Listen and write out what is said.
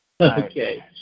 Okay